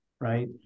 right